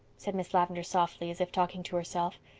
said miss lavendar softly, as if talking to herself.